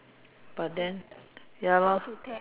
but then ya lor